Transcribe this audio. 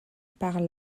par